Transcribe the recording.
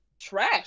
trash